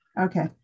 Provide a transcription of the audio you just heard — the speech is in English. Okay